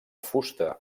fusta